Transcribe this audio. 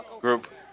group